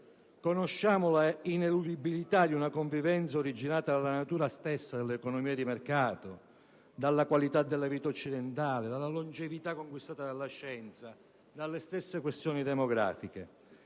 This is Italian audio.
Conosciamo l'ineludibilità di una convivenza originata dalla natura stessa dell'economia di mercato, dalla qualità della vita occidentale, dalla longevità conquistata dalla scienza, dalle stesse questioni demografiche.